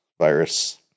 virus